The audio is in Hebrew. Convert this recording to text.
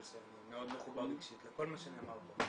שאני מאוד מחובר רגשית לכל מה שנאמר פה.